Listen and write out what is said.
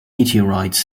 meteorites